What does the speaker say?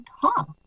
talk